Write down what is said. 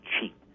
cheap